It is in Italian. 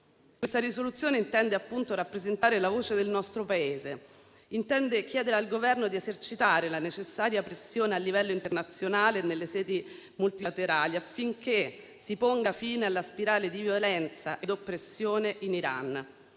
Questa risoluzione intende appunto rappresentare la voce del nostro Paese; intende chiedere al Governo di esercitare la necessaria pressione a livello internazionale e nelle sedi multilaterali affinché si ponga fine alla spirale di violenza e oppressione in Iran,